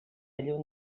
lluny